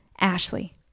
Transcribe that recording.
Ashley